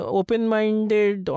open-minded